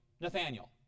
Nathaniel